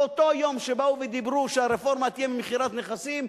באותו יום שבאו ודיברו שהרפורמה תהיה ממכירת נכסים,